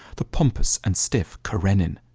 the pompous and stiff karenin.